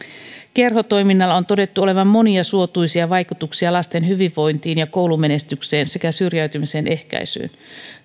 kerhotoiminnalla on todettu olevan monia suotuisia vaikutuksia lasten hyvinvointiin ja koulumenestykseen sekä syrjäytymisen ehkäisyyn